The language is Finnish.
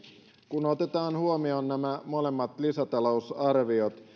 kun otetaan huomioon nämä molemmat lisätalousarviot